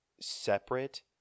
separate